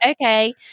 okay